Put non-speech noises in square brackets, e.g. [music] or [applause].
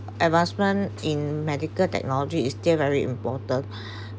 advancement in medical technology is still very important [breath]